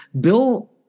Bill